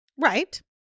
Right